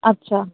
अच्छा